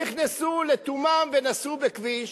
נכנסו לתומם ונסעו בכביש,